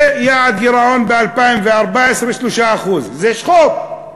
ויעד גירעון ב-2014, 3%. זה חוק.